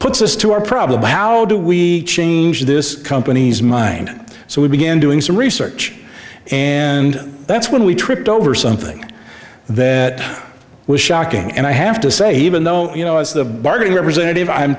puts us to our problem how do we change this company's mind so we began doing some research and that's when we tripped over something that was shocking and i have to say even though you know as the bard representative i'm